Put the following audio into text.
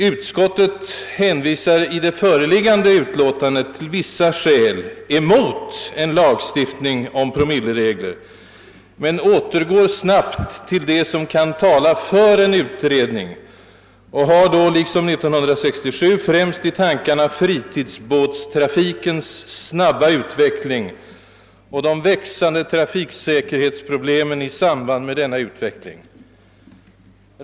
Utskottet hänvisar i det föreliggande utlåtandet till vissa skäl emot en lagstiftning om promilleregler men återgår snabbt till det som kan tala för en utredning och har då liksom år 1967 i tankarna främst fritidsbåtstrafikens snabba utveckling och de växande trafiksäkerhetsproblemen i samband med denna utveckling.